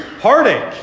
heartache